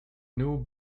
new